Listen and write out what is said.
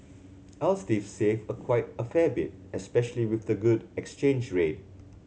I'll save a quite a fair bit especially with the good exchange rate